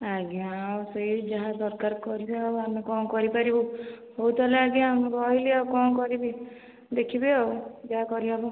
ଆଜ୍ଞା ସେଇ ଯାହା ସରକାର କରିବେ ନା ଆଉ ଆମେ କ'ଣ କରିପାରିବୁ ହେଉ ତାହେଲେ ଆଜ୍ଞା ମୁଁ ରହିଲି ଆଉ କ'ଣ କରିବି ଦେଖିବେ ଆଉ ଯାହା କରିହେବ